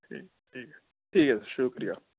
ٹھیک ہے ٹھیک ہے ٹھیک ہے سر شکریہ